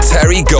Terry